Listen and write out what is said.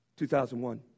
2001